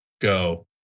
Go